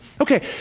Okay